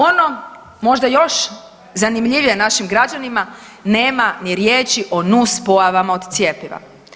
Ono možda još zanimljivije našim građanima nema ni riječi o nuspojavama od cjepiva.